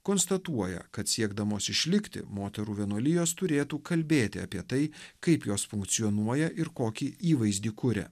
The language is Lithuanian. konstatuoja kad siekdamos išlikti moterų vienuolijos turėtų kalbėti apie tai kaip jos funkcionuoja ir kokį įvaizdį kuria